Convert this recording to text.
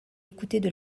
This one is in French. écoutaient